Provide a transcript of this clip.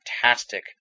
fantastic